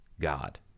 god